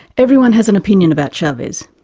everyone has an opinion about chavez.